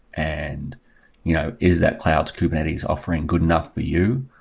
and you know is that cloud's kubernetes offering good enough for you?